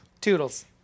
Toodles